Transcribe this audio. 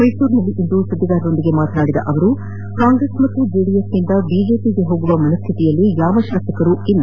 ಮೈಸೂರಿನಲ್ಲಿಂದು ಸುದ್ದಿಗಾರರೊಂದಿಗೆ ಮಾತನಾಡಿದ ಅವರು ಕಾಂಗ್ರೆಸ್ ಮತ್ತು ಜೆಡಿಎಸ್ನಿಂದ ಬಿಜೆಪಿಗೆ ಹೋಗುವ ಮನಃಸ್ವಿತಿಯಲ್ಲಿ ಯಾವ ಶಾಸಕರೂ ಇಲ್ಲ